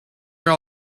your